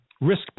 risk